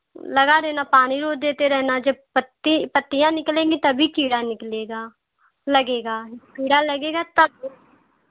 लगा देना और पानी उनी देते रहना जब पत्ती पत्तियाँ निकलेंगी तभी कीड़ा निकलेगा लगेगा कीड़ा लगेगा तब